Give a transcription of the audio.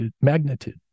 magnitude